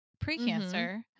pre-cancer